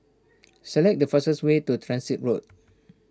select the fastest way to Transit Road